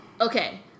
Okay